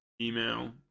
email